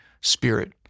spirit